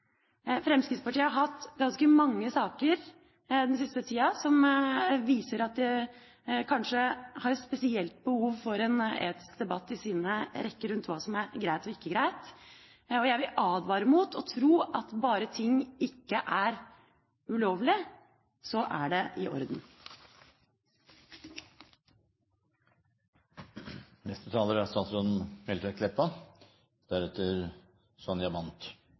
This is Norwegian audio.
Fremskrittspartiet har hatt ganske mange saker den siste tida som viser at de kanskje har et spesielt behov for en etisk debatt i sine rekker rundt hva som er greit og ikke greit. Jeg vil advare mot å tro at bare ting ikke er ulovlig, så er det i orden. Det er